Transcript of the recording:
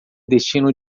destino